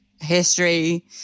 history